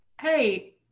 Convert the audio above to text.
hey